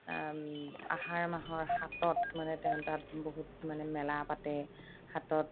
আহাৰ মাহৰ সাতত মানে তেওঁ তাত বহুত মানে মেলা পাতে সাতত